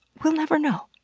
we'll never know.